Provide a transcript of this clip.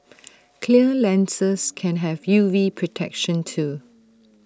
clear lenses can have U V protection too